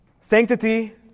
Sanctity